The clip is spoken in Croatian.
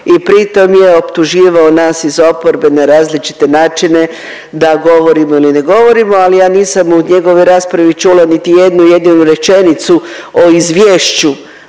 i pritom je optuživao nas iz oporbe na različite načine da govorimo ili ne govorimo, ali ja nisam u njegovoj raspravi čula niti jednu jedinu rečenicu o Izvješću